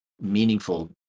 meaningful